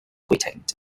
retained